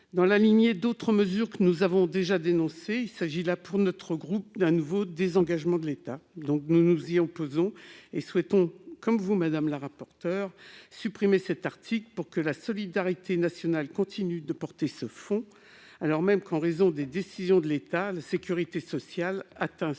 Dans la lignée d'autres mesures que nous avons déjà dénoncées, il s'agit là, pour notre groupe, d'un désengagement de l'État. Nous nous y opposons et souhaitons, comme vous, madame la rapporteure, supprimer cet article pour que la solidarité nationale continue de porter ce fonds, alors même qu'en raison des décisions de l'État la sécurité sociale connaît des